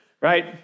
right